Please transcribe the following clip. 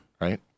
Right